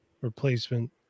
Replacement